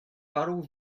faru